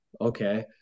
Okay